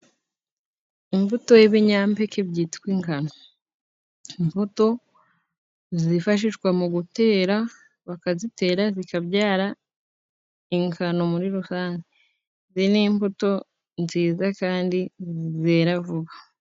Imbuto y'ibinyampeke byitwa ingano. Imbuto zifashishwa mu gutera, bakazitera zikabyara. Ingano muri rusange. Izi ni imbuto nziza kandi zera vuba.